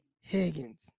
Higgins